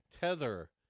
tether